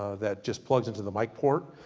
ah that just plugs into the mic port,